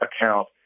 account